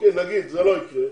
- זה לא יקרה,